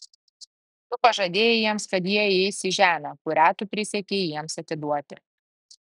tu pažadėjai jiems kad jie įeis į žemę kurią tu prisiekei jiems atiduoti